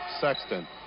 Sexton